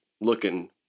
Looking